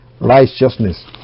righteousness